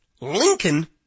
Lincoln